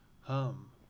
hum